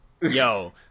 Yo